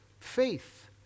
faith